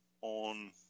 on